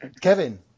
Kevin